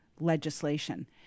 legislation